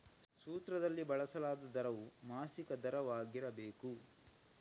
ಸೂತ್ರದಲ್ಲಿ ಬಳಸಲಾದ ದರವು ಮಾಸಿಕ ದರವಾಗಿರಬೇಕು